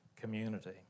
community